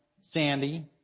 Sandy